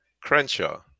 Crenshaw